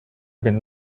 been